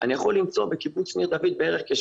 אני יכול למצוא בקיבוץ ניר דוד כ-600,